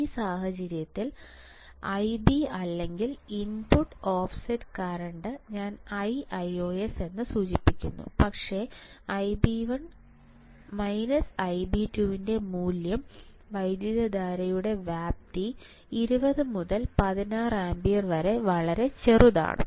ഈ സാഹചര്യത്തിൽ ഐബി അല്ലെങ്കിൽ ഇൻപുട്ട് ഓഫ്സെറ്റ് കറന്റ് ഞാൻ Iios എന്ന് സൂചിപ്പിക്കുന്നു പക്ഷേ | Ib1 Ib2 | വൈദ്യുതധാരയുടെ വ്യാപ്തി 20 മുതൽ 16 ആമ്പിയർ വരെ വളരെ ചെറുതാണ്